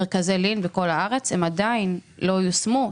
מרכזי לין בכל הארץ, הם עדיין לא יושמו.